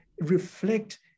reflect